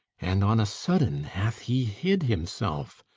and, on a sudden, hath he hid himself,